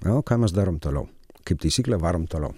o ką mes darom toliau kaip taisyklė varom toliau